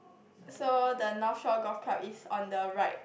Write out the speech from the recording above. so the Northshore Golf Club is on the right